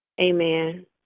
Amen